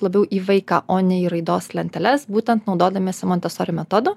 labiau į vaiką o ne į raidos lenteles būtent naudodamiesi montesori metodu